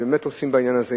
אם באמת עושים בעניין הזה,